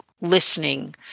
listening